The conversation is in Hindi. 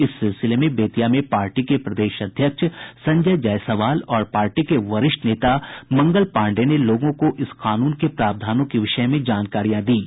इस सिलसिले में बेतिया में पार्टी के प्रदेश अध्यक्ष संजय जायसवाल और पार्टी के वरिष्ठ नेता मंगल पांडेय ने लोगों को इस कानून के प्रावधानों के विषय में जानकारियां दीं